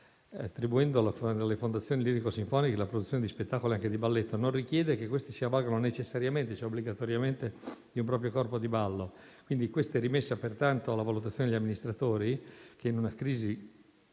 attribuendo alle fondazioni lirico-sinfoniche la produzione di spettacolo e anche di balletto, non richiede che questi si avvalgano obbligatoriamente di un proprio corpo di ballo. Questo è rimesso pertanto alla valutazione degli amministratori che, con la crisi